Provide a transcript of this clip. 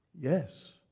Yes